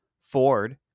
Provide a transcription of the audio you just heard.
Ford